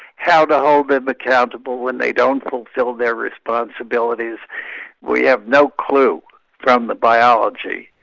how to hold them accountable when they don't fulfil their responsibilities we have no clue from the biology.